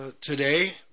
today